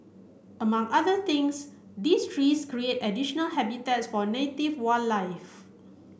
among other things these trees create additional habitats for native wildlife